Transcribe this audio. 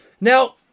Now